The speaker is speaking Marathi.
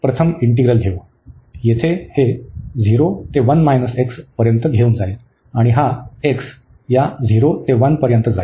येथे हे 0 ते 1 x पर्यंत घेऊन जाईल आणि हा x या 0 ते 1 पर्यंत जाईल